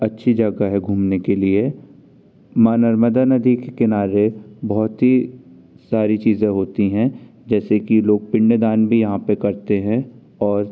अच्छी जगह है घूमने के लिए माँ नर्मदा नदी के किनारे बहुत ही सारी चीज़ें होती हैं जैसे कि लोग पिंडदान भी यहाँ पे करते हैं और